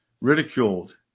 ridiculed